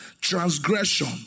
transgression